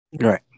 Right